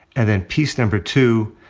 and then piece number two,